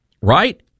right